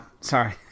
Sorry